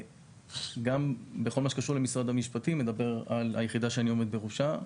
גם בכל מה שקשור למשרד המשפטים אדבר על היחידה שאני עומד בראשה.